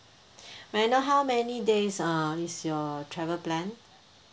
may I know how many days uh is your travel plan